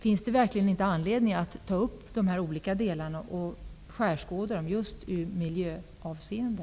Finns det verkligen inte anledning att skärskåda de olika delarna i just miljöhänseende?